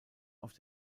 auf